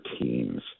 teams